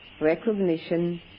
recognition